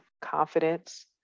confidence